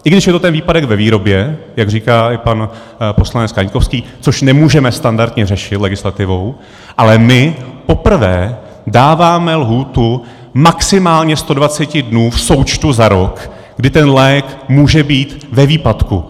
I když je to ten výpadek ve výrobě, jak říká i pan poslanec Kaňkovský, což nemůžeme standardně řešit legislativou, ale my poprvé dáváme lhůtu maximálně 120 dnů v součtu za rok, kdy ten lék může být ve výpadku.